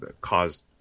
caused